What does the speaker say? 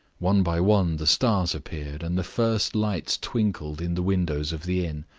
one by one the stars appeared, and the first lights twinkled in the windows of the inn.